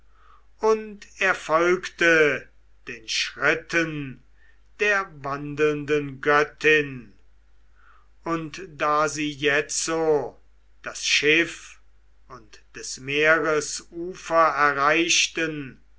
und er folgte den schritten der wandelnden göttin und da sie jetzo das schiff und des meeres ufer erreichten